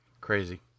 Crazy